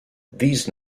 these